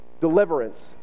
deliverance